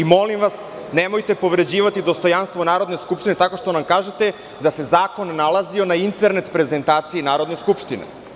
Molim vas, nemojte povređivati dostojanstvo Narodne skupštine tako što nam kažete da se zakon nalazio na internet prezentaciji Narodne skupštine.